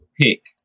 pick